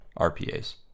RPAs